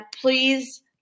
please